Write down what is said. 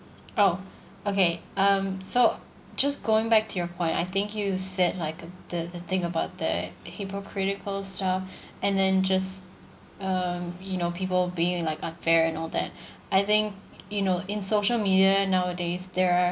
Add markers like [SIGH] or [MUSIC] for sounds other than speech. oh okay um so just going back to your point I think you said like uh the the thing about that hypocritical stuff [BREATH] and then just um you know people being like unfair and all that [BREATH] I think you know in social media nowadays there are